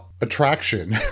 attraction